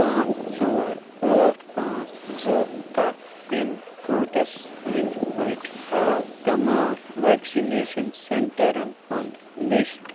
پانٛژھ ژور ٲٹھ پانٛژھ زٕ اَکھ پِن کوڈَس أنٛدۍ پٔکۍ ہاو تمام وٮ۪کسِنیشَن سٮ۪نٛٹرَن ہُنٛد لِسٹ